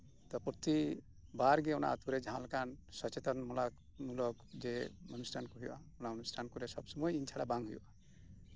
ᱛᱚ ᱯᱨᱚᱛᱤᱵᱟᱨ ᱜᱮ ᱚᱱᱟ ᱟᱛᱩ ᱨᱮ ᱡᱟᱸᱦᱟ ᱞᱮᱠᱟᱱ ᱥᱚᱪᱮᱛᱚᱱ ᱢᱞᱚᱠ ᱡᱮ ᱚᱱᱩᱥᱴᱷᱟᱱ ᱠᱚ ᱦᱩᱭᱩᱜᱼᱟ ᱚᱱᱟ ᱚᱱᱩᱥᱴᱷᱟᱱ ᱠᱚᱨᱮ ᱥᱚᱵᱽ ᱥᱚᱢᱚᱭ ᱤᱧ ᱪᱷᱟᱲᱟ ᱵᱟᱝ ᱦᱩᱭᱩᱜᱼᱟ